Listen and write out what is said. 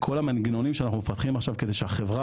כל המנגנונים שאנחנו מפתחים עכשיו כדי שהחברה